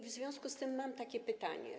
W związku z tym mam takie pytanie.